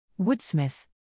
Woodsmith